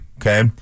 Okay